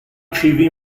کیوی